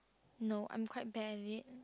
no I am quite bad at it